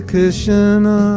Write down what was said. Krishna